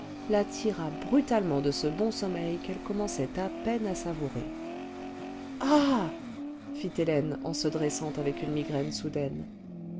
la tira brutalement de ce bon sommeil qu'elle commençait à peine à savourer ah fit hélène en se dressant avec une migraine soudaine